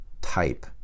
type